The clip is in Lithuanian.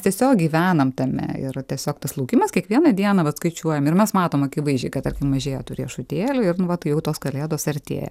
tiesiog gyvenam tame ir tiesiog tas laukimas kiekvieną dieną vat skaičiuojam ir mes matom akivaizdžiai kad tarkim mažėja tų riešutėlių ir nu va tai jau tos kalėdos artėja